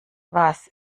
was